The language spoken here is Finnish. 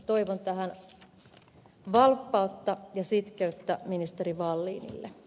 toivon tähän valppautta ja sitkeyttä ministeri wallinille